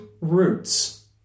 roots